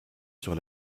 sur